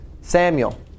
Samuel